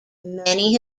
many